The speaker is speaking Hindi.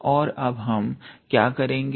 और अब हम क्या करेंगे